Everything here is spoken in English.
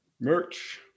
Merch